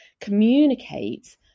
communicate